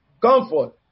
Comfort